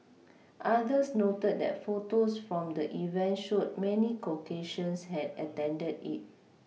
others noted that photos from the event showed many Caucasians had attended it